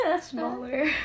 Smaller